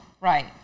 Right